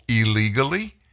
illegally